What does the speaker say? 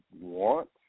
want